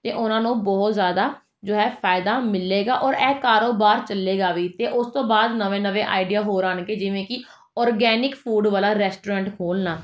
ਅਤੇ ਉਨ੍ਹਾਂ ਨੂੰ ਬਹੁਤ ਜ਼ਿਆਦਾ ਜੋ ਹੈ ਫਾਇਦਾ ਮਿਲੇਗਾ ਔਰ ਇਹ ਕਾਰੋਬਾਰ ਚੱਲੇਗਾ ਵੀ ਅਤੇ ਉਸ ਤੋਂ ਬਾਅਦ ਨਵੇਂ ਨਵੇਂ ਆਈਡਿਆ ਹੋਰ ਆਉਣਗੇ ਜਿਵੇਂ ਕਿ ਓਰਗੈਨਿਕ ਫ਼ੂਡ ਵਾਲਾ ਰੈਸਟੋਰੈਂਟ ਖੋਲ੍ਹਣਾ